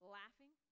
laughing